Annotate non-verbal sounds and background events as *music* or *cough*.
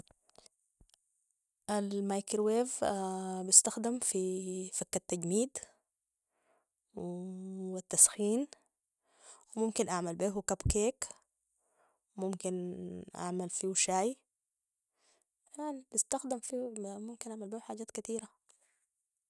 *microwave* *hesitation* بيستخدم في فك التجميد والتسخين ممكن أن أعمل بيهو *cupcake* ممكن أن أعمل فيو شاي يعني بيستخدم فيو- ممكن اعمل بيو حاجات كتيره